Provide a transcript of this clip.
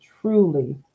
truly